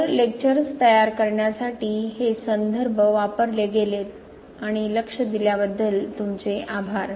तर लेक्चर्स तयार करण्यासाठी हे संदर्भ वापरले गेलेत आणि लक्ष दिल्याबद्दल तुमचे आभार